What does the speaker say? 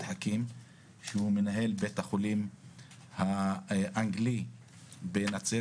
חכים שהוא מנהל בית החולים האנגלי בנצרת,